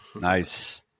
nice